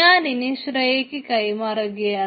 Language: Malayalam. ഞാനിനി ശ്രേയക്ക് കൈമാറുകയാണ്